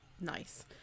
Nice